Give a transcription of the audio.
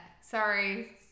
sorry